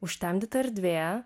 užtemdyta erdvė